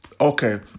okay